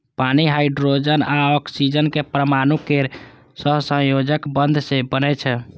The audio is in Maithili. पानि हाइड्रोजन आ ऑक्सीजन के परमाणु केर सहसंयोजक बंध सं बनै छै